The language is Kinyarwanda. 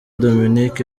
dominic